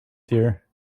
dear